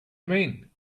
mean